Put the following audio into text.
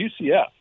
UCF